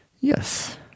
Yes